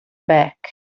back